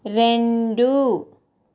రెండు